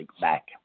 back